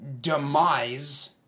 demise